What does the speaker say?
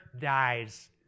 dies